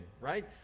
right